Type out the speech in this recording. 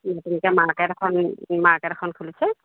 নতুনকৈ মাৰ্কেট এখন মাৰ্কেট এখন খুলিছে